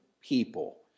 people